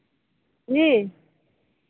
जी